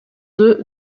deux